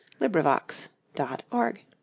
LibriVox.org